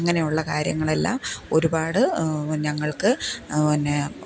അങ്ങനെയുള്ള കാര്യങ്ങളെല്ലാം ഒരുപാട് ഞങ്ങൾക്ക് പിന്നെ